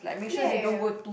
ya ya ya